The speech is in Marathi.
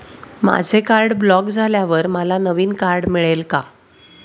माझे कार्ड ब्लॉक झाल्यावर मला नवीन कार्ड मिळेल का?